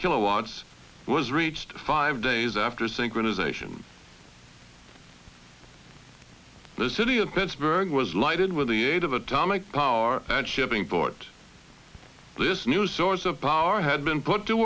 kilowatts was reached five days after synchronization the city of pittsburgh was lighted with the aid of atomic power shipping port this new source of power had been put to